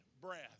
breath